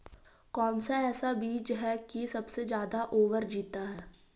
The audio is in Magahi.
कौन सा ऐसा बीज है की सबसे ज्यादा ओवर जीता है?